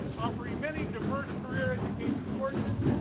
offering many diverse career education courses,